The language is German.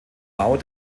bau